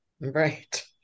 Right